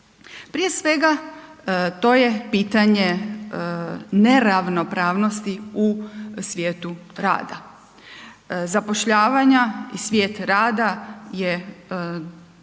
Prije svega to je pitanje neravnopravnosti u svijetu rada, zapošljavanja i svijet rada je,